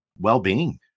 well-being